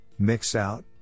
Mixout